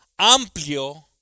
amplio